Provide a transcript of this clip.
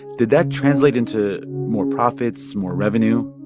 did that translate into more profits, more revenue?